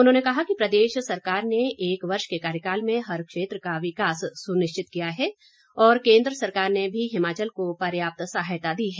उन्होंने कहा कि प्रदेश सरकार ने एक वर्ष के कार्यकाल में हर क्षेत्र का विकास सुनिश्चित किया है और केन्द्र सरकार ने भी हिमाचल को पर्याप्त सहायता दी है